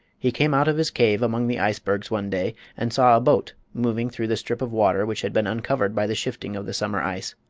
he came out of his cave among the icebergs one day and saw a boat moving through the strip of water which had been uncovered by the shifting of the summer ice.